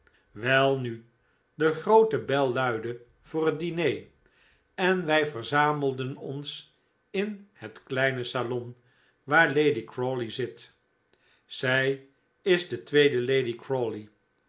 welnu de groote bel luidde voor het diner en wij verzamelden ons in het kleine salon waar lady crawley zit zij is de tweede lady